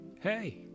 Hey